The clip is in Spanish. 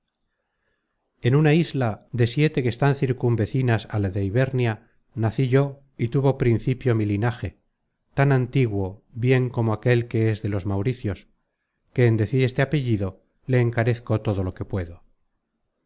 en una isla de siete que están circunvecinas á la de ibernia nací yo y tuvo principio mi linaje tan antiguo bien como aquel que es de los mauricios que en decir este apellido le encarezco todo lo que puedo